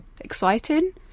exciting